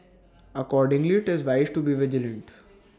accordingly IT is wise to be vigilant